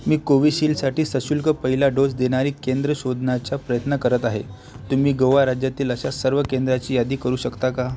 मी कोविशिलसाठी सशुल्क पहिला डोस देणारी केंद्र शोधण्याचा प्रयत्न करत आहे तुम्ही गोवा राज्यातील अशा सर्व केंद्राची यादी करू शकता का